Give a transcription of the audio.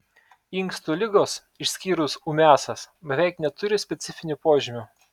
inkstų ligos išskyrus ūmiąsias beveik neturi specifinių požymių